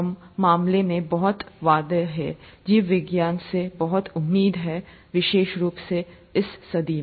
इस मामले में बहुत वादा है जीव विज्ञान से बहुत उम्मीद है विशेष रूप से इस में सदी